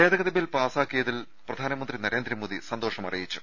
ഭേദഗതി ബിൽ പാസ്സാക്കിയതിൽ പ്രധാനമന്ത്രി നരേന്ദ്രമോദി സന്തോഷം അറിയിച്ചു